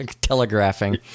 telegraphing